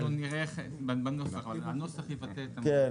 נראה בנוסח אבל הנוסח יבטא את זה.